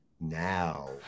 now